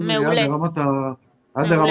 עד לרמת השכונה.